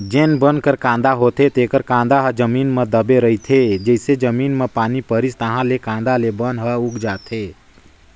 जेन बन कर कांदा होथे तेखर कांदा ह जमीन म दबे रहिथे, जइसे जमीन म पानी परिस ताहाँले ले कांदा ले बन ह उग जाथे